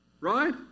Right